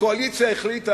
הקואליציה החליטה,